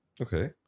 Okay